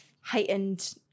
heightened